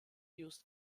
used